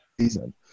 season